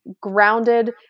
grounded